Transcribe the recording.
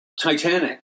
Titanic